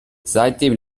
seitdem